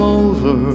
over